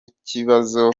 ikibazo